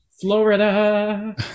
Florida